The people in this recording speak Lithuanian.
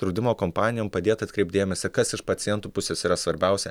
draudimo kompanijom padėti atkreipt dėmesį kas iš pacientų pusės yra svarbiausia